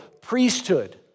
priesthood